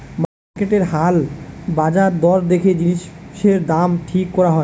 মার্কেটের হাল বাজার দর দেখে জিনিসের দাম ঠিক করা হয়